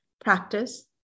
practice